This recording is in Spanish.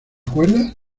acuerdas